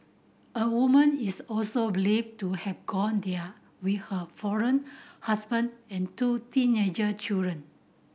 a woman is also believed to have gone there with her foreign husband and two teenager children